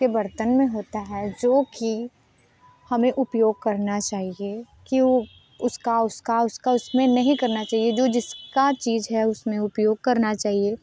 के बर्तन में होता है जो कि हमें उपयोग करना चाहिए कयों उसका उसका उसका उसमें नहीं करना चाहिए जो जिसका चीज़ है उसमें उपयोग करना चाहिए